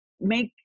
make